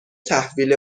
تحویل